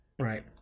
Right